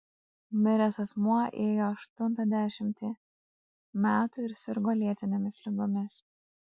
miręs asmuo ėjo aštuntą dešimtį metų ir sirgo lėtinėmis ligomis